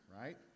right